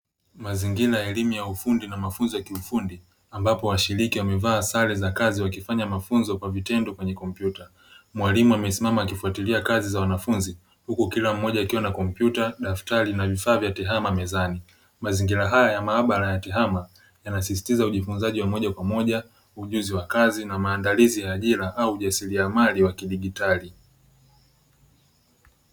Mazingira ya elimu ya ufundi na mafunzo ya kiufundi ambapo washiriki wamevaa sare za kazi wakifanya mafunzo kwa vitendo kwenye kompyuta. Mwalimu amesimama akifuatilia kazi za wanafunzi huku kila mmoja akiwa na kompyuta, daftari na vifaa vya tehama mezani. Mazingira haya ya maabara ya tehama yanasisitiza ujifunzaji wa moja kwa moja, ujuzi wa kazi na maandalizi ya ajira au ujasiriamali wa kidigitali.